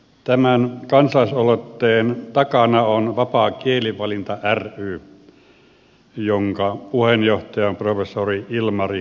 tämän kansalaisaloitteen takana on vapaa kielivalinta ry jonka puheenjohtaja on professori ilmari rostila